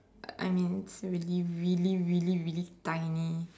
I mean really really really really tiny